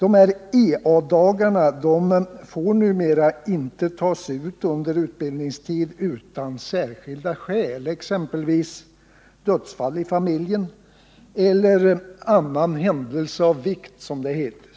Ea-dagarna får numera inte tas ut under utbildningstid utan särskilda skäl, exempelvis dödsfall i familjen eller annan händelse av vikt, som det heter.